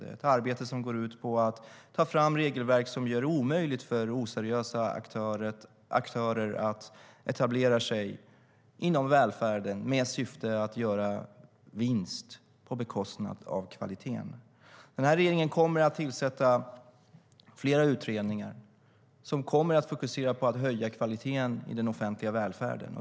Det är ett arbete som går ut på att ta fram regelverk som gör det omöjligt för oseriösa aktörer att etablera sig inom välfärden med syfte att göra vinst på bekostnad av kvaliteten. Regeringen kommer att tillsätta flera utredningar som ska fokusera på att höja kvaliteten i den offentliga välfärden.